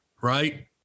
right